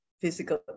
physical